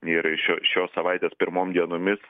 ir šio šios savaitės pirmom dienomis